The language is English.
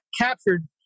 captured